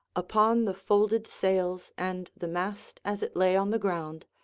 upon the folded sails and the mast as it lay on the ground,